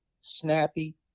snappy